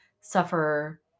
suffer